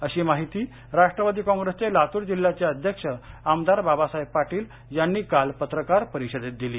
अशी माहिती राष्ट्रवादी कॉग्रेसचे लातूर जिल्ह्याचे अध्यक्ष आमदार बाबासाहेब पाटील यांनी काल पत्रकार परिषदेत दिली